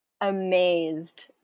Amazed